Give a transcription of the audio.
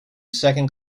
second